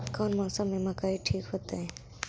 कौन मौसम में मकई ठिक होतइ?